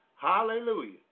Hallelujah